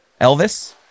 Elvis